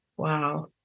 Wow